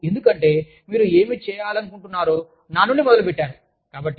ఎందుకు ఎందుకంటే మీరు ఏమి చేయాలనుకుంటున్నారో నా నుండి మొదలు పెట్టారు